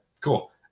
cool